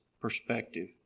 perspective